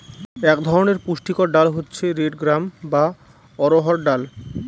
এক ধরনের পুষ্টিকর ডাল হচ্ছে রেড গ্রাম বা অড়হর ডাল